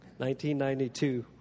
1992